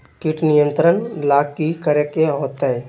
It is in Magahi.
किट नियंत्रण ला कि करे के होतइ?